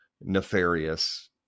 nefarious